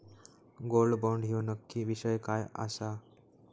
Gold bond ह्यो नक्की विषय काय आसा?